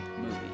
movie